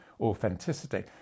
authenticity